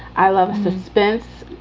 i love suspense,